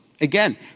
again